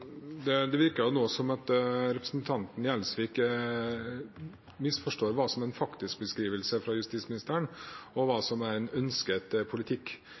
Det virker som om representanten Gjelsvik misforstår hva som er en faktisk beskrivelse fra justisministeren, og hva som er en ønsket politikk.